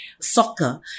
soccer